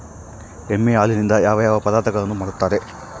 ಎಮ್ಮೆ ಹಾಲಿನಿಂದ ಯಾವ ಯಾವ ಪದಾರ್ಥಗಳು ಮಾಡ್ತಾರೆ?